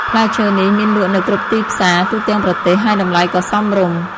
ផ្លែឈើនេះមានលក់នៅគ្រប់ទីផ្សារទូទាំងប្រទេស ហើយតម្លៃក៏សមរម្យ។